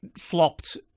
flopped